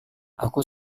aku